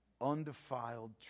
undefiled